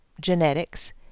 genetics